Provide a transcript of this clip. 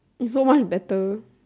so much better